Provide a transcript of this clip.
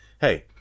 Hey